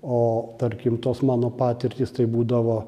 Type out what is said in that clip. o tarkim tos mano patirtys tai būdavo